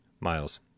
Miles